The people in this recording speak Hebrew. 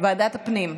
לוועדת הפנים.